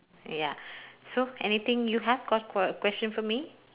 ya so anything you have got qu~ question for me